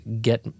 get